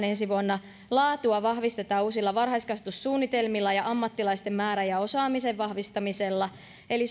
ensi vuonna laatua vahvistetaan uusilla varhaiskasvatussuunnitelmilla ja ammattilaisten määrän ja osaamisen vahvistamisella eli